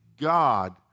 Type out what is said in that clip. God